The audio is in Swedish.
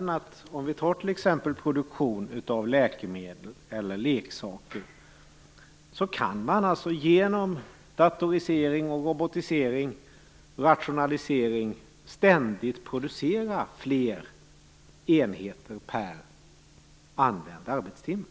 Inom exempelvis läkemedelsproduktionen och leksaksproduktionen kan man genom datorisering, robotisering och rationalisering ständigt producera fler enheter per använd arbetstimme.